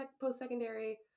post-secondary